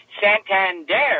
Santander